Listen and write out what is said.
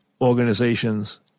organizations